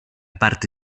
parte